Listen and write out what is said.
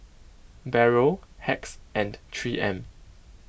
Barrel Hacks and three M